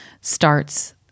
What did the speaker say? starts